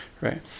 right